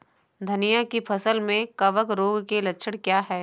धनिया की फसल में कवक रोग के लक्षण क्या है?